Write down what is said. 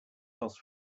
across